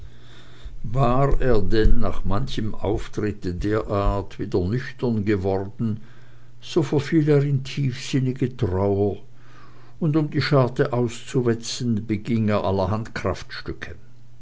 er dann nach manchem auftritte derart wieder nüchtern geworden so verfiel er in tiefsinnige trauer und um die scharte auszuwetzen beging er allerhand